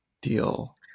deal